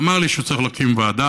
הוא אמר לי שהוא צריך להקים ועדה.